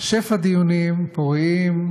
שפע דיונים פוריים,